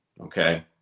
okay